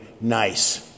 nice